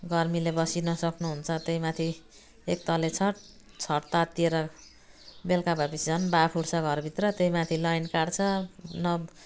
गर्मीले बसिनसक्नु हुन्छ त्यही माथि एकतले छत छत तातिएर बेलुका भए पछि झन् बाफ उठ्छ घर भित्र त्यही माथि लाइन काट्छ नभए